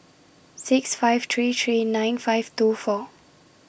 six five three three nine five two four